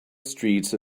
streets